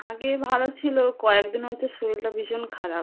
আগে ভালো ছিল কয়েকদিন হচ্ছে শরীরটা ভীষণ খারাপ